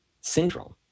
syndrome